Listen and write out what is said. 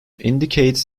indicate